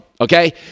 okay